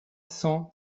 cent